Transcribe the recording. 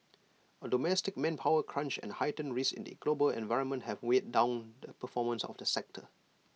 A domestic manpower crunch and heightened risks in the global environment have weighed down the performance of the sector